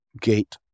gate